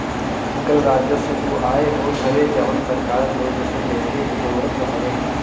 कर राजस्व उ आय होत हवे जवन सरकार लोग से लेके बिटोरत हवे